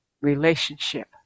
relationship